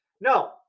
No